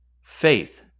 faith